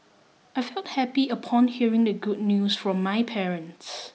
I felt happy upon hearing the good news from my parents